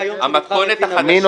המתכונת החדשה